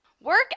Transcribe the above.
work